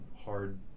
hard